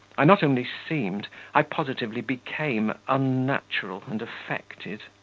i not only seemed, i positively became unnatural and affected.